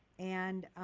and